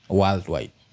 worldwide